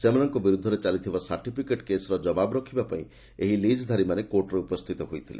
ସେମାନଙ୍କ ବିରୁଦ୍ଧରେ ଚାଲିଥିବା ସାର୍ଟିଫିକେଟ୍ କେସ୍ର ଜବାବ୍ ରଖିବା ପାଇଁ ଏହି ଲିଜ୍ଧାରୀମାନେ କୋର୍ଟରେ ଉପସ୍ଥିତ ହୋଇଥିଲେ